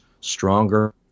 stronger